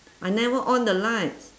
I never on the lights